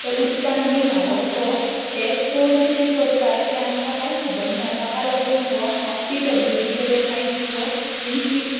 ते उदकान आमी न्हावप गो हे कोण कितें करतात ते आमकां कांय खबर ना ताका लागून मगो हांव पीडब्ल्यूडी कडेन आयज मुगो तेंची